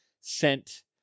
sent